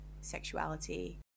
sexuality